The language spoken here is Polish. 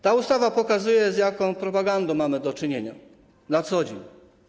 Ta ustawa pokazuje, z jaką propagandą mamy do czynienia na co dzień.